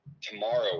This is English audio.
tomorrow